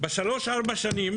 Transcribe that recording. תוך שלוש-ארבע שנים